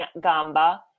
gamba